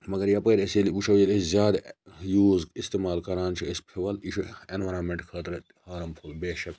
مَگَر یَپٲر أسۍ ییٚلہِ وٕچھو ییٚلہِ أسۍ زیادٕ یوٗز اِستِمال کَران چھِ أسۍ فِول یہِ چھُ ایٚنوَرامنٹ خٲطرٕ ہارَمفُل بیشَک